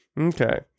Okay